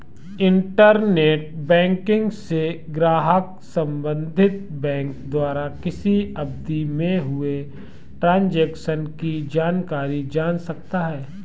internet banking से ग्राहक संबंधित बैंक द्वारा किसी अवधि में हुए ट्रांजेक्शन की जानकारी जान सकता है